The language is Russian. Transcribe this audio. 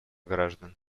граждан